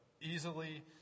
easily